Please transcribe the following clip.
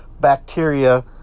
bacteria